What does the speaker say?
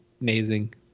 amazing